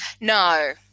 No